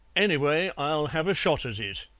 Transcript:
anyway, i'll have a shot at it.